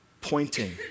pointing